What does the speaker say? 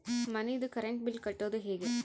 ಮನಿದು current bill ಕಟ್ಟೊದು ಹೇಗೆ?